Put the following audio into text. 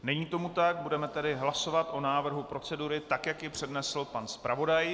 Není tomu tak, budeme tedy hlasovat o návrhu procedury, tak jak ji přednesl pan zpravodaj.